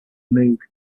moog